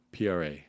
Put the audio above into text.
pra